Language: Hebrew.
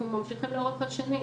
אנחנו ממשיכים לאורך השנים.